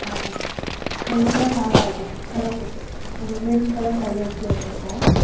ஆ இதுதான் சாதா இது சாதா செட்டு ஒரு மெரூன் கலர் கல்லு வச்சு வந்திருக்கும்